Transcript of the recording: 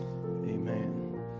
Amen